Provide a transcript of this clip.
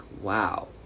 Wow